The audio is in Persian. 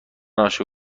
عاشق